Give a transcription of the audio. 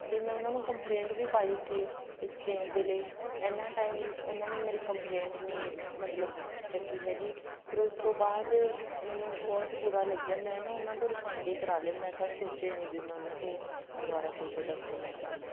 ਅਤੇ ਮੈਂ ਉਹਨਾਂ ਨੂੰ ਕੰਪਲੇਂਟ ਵੀ ਪਾਈ ਸੀ ਐਕਸਚੇਂਜ ਦੇ ਲਈ ਐਨਾ ਟਾਈਮ ਉਹਨਾਂ ਨੇ ਮੇਰੀ ਕੰਪਲੇਂਟ ਨਹੀਂ ਮਤਲਬ ਚੱਕੀ ਹੈਗੀ ਫਿਰ ਉਸ ਤੋਂ ਬਾਅਦ ਮੈਨੂੰ ਬਹੁਤ ਬੁਰਾ ਲੱਗਿਆ ਮੈਂ ਨਾ ਉਹਨਾਂ ਤੋਂ ਰਿਫੰਡ ਹੀ ਕਰਵਾ ਲਏ ਮੈਂ ਤਾਂ ਸੋਚਿਆ ਹੀ ਨਹੀਂ ਵੀ ਮੈਂ ਉਹਨਾਂ ਤੋਂ ਦੁਬਾਰਾ ਕੋਈ ਪ੍ਰੋਡਕਟ ਮੰਗਵਾਵਾਂ